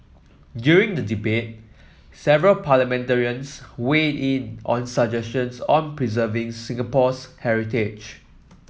during the debate several parliamentarians weighed in on suggestions on preserving Singapore's heritage